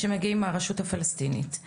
שמגיעים מהרשות הפלסטינית.